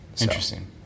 Interesting